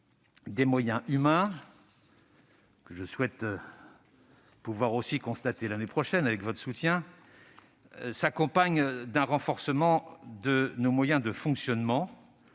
des moyens humains, que je souhaite également pouvoir constater l'année prochaine, grâce à votre soutien, s'accompagne d'un renforcement de nos moyens de fonctionnement,